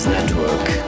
Network